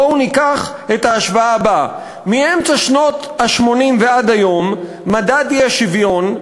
בואו ניקח את ההשוואה הבאה: מאמצע שנות ה-80 ועד היום מדד האי-שוויון,